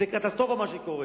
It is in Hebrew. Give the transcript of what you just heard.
זה קטסטרופה, מה שקורה,